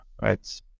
right